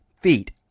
feet